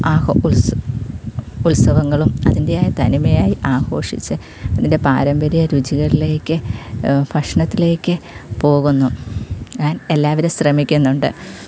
ആ ഉത്സവം ഉത്സവങ്ങളും അതിൻ്റെതായ തനിമയായി ആഘോഷിച്ച് ഇതിൻ്റെ പാരമ്പര്യ രുചികളിലേക്ക് ഭക്ഷണത്തിലേക്ക് പോകുന്നു എല്ലാവരും ശ്രമിക്കുന്നുണ്ട്